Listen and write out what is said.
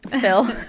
Phil